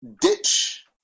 ditch